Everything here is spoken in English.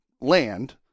land